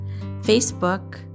Facebook